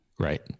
Right